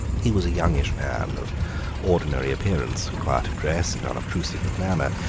he was a youngish man of ordinary appearance, quiet of dress and unobtrusive of manner,